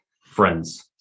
friends